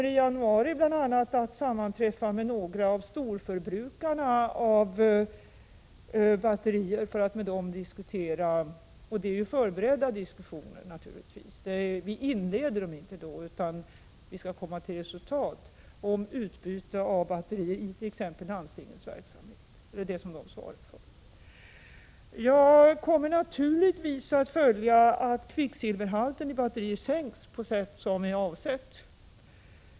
I januari kommer jag att sammanträffa med några av storförbrukarna av batterier för att diskutera med dem. Naturligtvis rör det sig om förberedda diskussioner. Diskussionerna inleds inte vid det tillfället, utan det gäller då att nå resultat beträffande utbyte av batterier i t.ex. landstingets verksamhet. Det är det som de svarar för. Sedan kommer jag naturligtvis att också bevaka att kvicksilverhalten i batterierna sänks på det sätt som har bestämts.